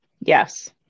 Yes